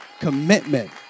Commitment